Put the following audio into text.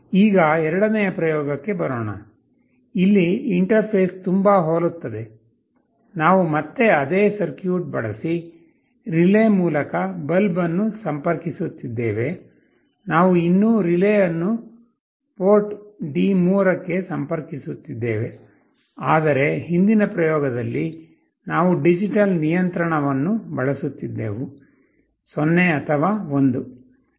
ಈಗ ಎರಡನೆಯ ಪ್ರಯೋಗಕ್ಕೆ ಬರೋಣ ಇಲ್ಲಿ ಇಂಟರ್ಫೇಸ್ ತುಂಬಾ ಹೋಲುತ್ತದೆ ನಾವು ಮತ್ತೆ ಅದೇ ಸರ್ಕ್ಯೂಟ್ ಬಳಸಿ ರಿಲೇ ಮೂಲಕ ಬಲ್ಬ್ ಅನ್ನು ಸಂಪರ್ಕಿಸುತ್ತಿದ್ದೇವೆ ನಾವು ಇನ್ನೂ ರಿಲೇ ಅನ್ನು ಪೋರ್ಟ್ D3 ಗೆ ಸಂಪರ್ಕಿಸುತ್ತಿದ್ದೇವೆ ಆದರೆ ಹಿಂದಿನ ಪ್ರಯೋಗದಲ್ಲಿ ನಾವು ಡಿಜಿಟಲ್ ನಿಯಂತ್ರಣವನ್ನು ಬಳಸುತ್ತಿದ್ದೆವು 0 ಅಥವಾ 1